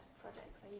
Projects